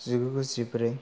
जिगुजौ जिब्रै